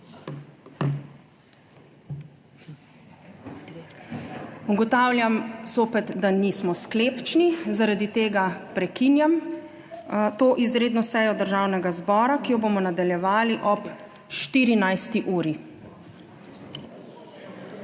Ugotavljam zopet, da nismo sklepčni, zaradi tega prekinjam to izredno sejo Državnega zbora, ki jo bomo nadaljevali ob 14.